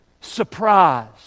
surprise